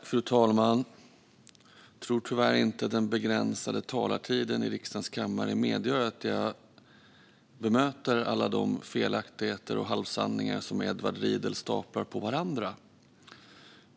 Fru talman! Jag tror tyvärr inte att den begränsade talartiden i riksdagens kammare medger att jag bemöter alla de felaktigheter och halvsanningar som Edward Riedl staplar på varandra.